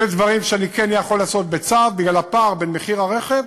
אלה דברים שאני כן יכול לעשות בצו בגלל הפער בין מחיר הרכב